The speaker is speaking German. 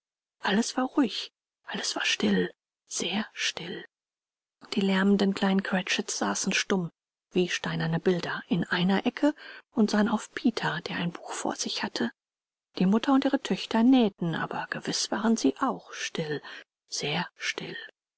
alles war ruhig alles war still sehr still die lärmenden kleinen cratchits saßen stumm wie steinerne bilder in einer ecke und sahen auf peter der ein buch vor sich hatte die mutter und die töchter nähten aber gewiß waren sie auch still sehr still